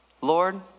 Lord